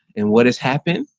and what has happened,